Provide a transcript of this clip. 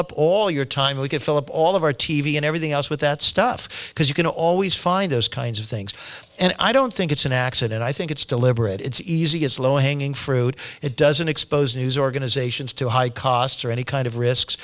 up all your time we could fill up all of our t v and everything else with that stuff because you can always find those kinds of things and i don't think it's an accident i think it's deliberate it's easy it's low hanging fruit it doesn't expose news organizations to high costs or any kind of risks